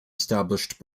established